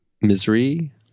Misery